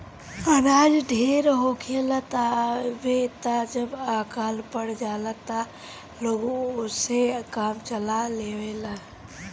अनाज ढेर होखेला तबे त जब अकाल पड़ जाला त लोग ओसे काम चला लेवेला